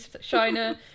shiner